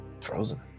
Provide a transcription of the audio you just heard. Frozen